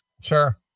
Sure